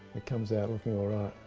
it comes out looking alright.